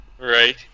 Right